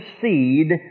seed